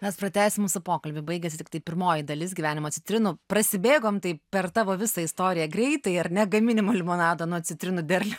mes pratęsim mūsų pokalbį baigės tiktai pirmoji dalis gyvenimo citrinų prasibėgom taip per tavo visą istoriją greitai ar ne gaminimo limonado nuo citrinų derliaus